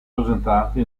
presentati